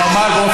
הוא אמר באופן